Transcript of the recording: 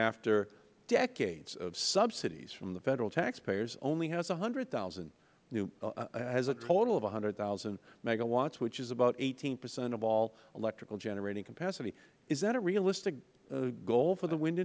after decades of subsidies from the federal taxpayers only has one hundred zero has a total of one hundred thousand megawatts which is about eighteen percent of all electrical generating capacity is that a realistic goal for the wind